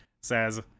says